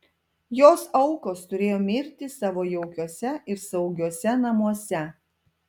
jos aukos turėjo mirti savo jaukiuose ir saugiuose namuose